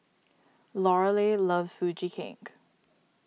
Lorelei loves Sugee Cake